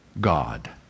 God